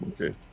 Okay